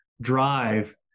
drive